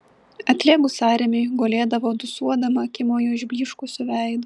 atlėgus sąrėmiui gulėdavo dūsuodama akimoju išblyškusiu veidu